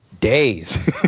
days